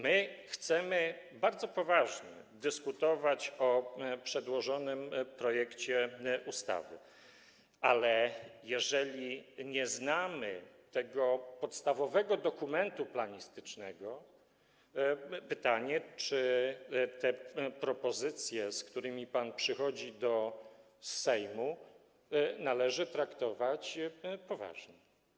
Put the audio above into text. My chcemy bardzo poważnie dyskutować o przedłożonym projekcie ustawy, ale jeżeli nie znamy tego podstawowego dokumentu planistycznego, powstaje pytanie, czy te propozycje, z którymi pan przychodzi do Sejmu, należy traktować poważnie.